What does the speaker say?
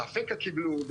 באפקה קיבלו,